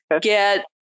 get